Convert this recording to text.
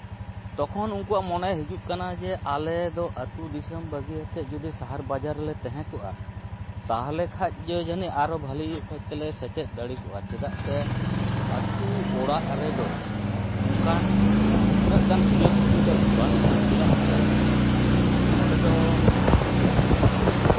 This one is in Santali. ᱛᱚᱠᱷᱚᱱ ᱩᱱᱠᱩᱣᱟᱜ ᱢᱚᱱᱮ ᱦᱤᱡᱩᱜ ᱠᱟᱱᱟ ᱡᱮ ᱟᱞᱮᱫᱚ ᱟᱹᱛᱩ ᱫᱤᱥᱚᱢ ᱵᱟᱹᱜᱤᱭᱟᱛᱮᱜ ᱡᱩᱫᱤ ᱥᱟᱦᱟᱨ ᱵᱟᱡᱟᱨ ᱨᱮᱞᱮ ᱛᱟᱦᱮᱸ ᱠᱚᱜᱼᱟ ᱛᱟᱦᱚᱞᱮ ᱠᱷᱟᱡ ᱫᱚ ᱡᱟᱹᱱᱤᱡ ᱟᱨᱦᱚᱸ ᱵᱷᱟᱹᱞᱤ ᱚᱠᱚᱡ ᱛᱮᱞᱮ ᱥᱮᱪᱮᱫ ᱫᱟᱲᱮ ᱠᱚᱜᱼᱟ ᱪᱮᱫᱟᱜ ᱥᱮ ᱟᱹᱛᱩ ᱚᱲᱟᱜ ᱨᱮᱫᱚ ᱚᱱᱠᱟᱱ ᱩᱱᱟᱹᱜ ᱜᱟᱱ ᱥᱩᱡᱳᱜᱽ ᱥᱩᱵᱤᱫᱷᱟ ᱵᱟᱹᱱᱩᱜᱼᱟ ᱪᱮᱫᱟᱜ ᱥᱮ ᱱᱚᱸᱰᱮ ᱫᱚ